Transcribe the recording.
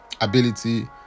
ability